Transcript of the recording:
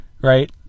right